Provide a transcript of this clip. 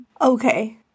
Okay